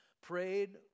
prayed